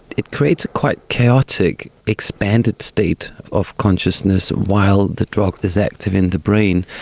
it creates a quite chaotic expanded state of consciousness while the drug is active in the brain.